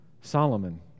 Solomon